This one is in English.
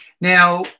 Now